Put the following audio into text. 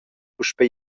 puspei